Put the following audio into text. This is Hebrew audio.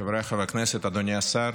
חבריי חברי הכנסת, אדוני השר,